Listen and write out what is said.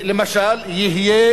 למשל, יהיה